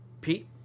Pete